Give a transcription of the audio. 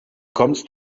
kommst